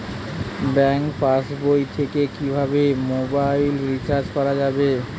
Bank পাশবই থেকে কিভাবে মোবাইল রিচার্জ করা যাবে?